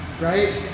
right